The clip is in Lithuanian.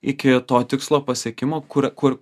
iki to tikslo pasiekimo kur kur